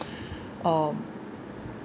um